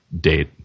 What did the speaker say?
date